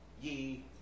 ye